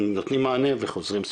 נותנים מענה וחוזרים.